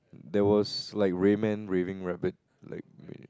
there was like Rayman raving rabbit like